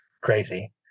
crazy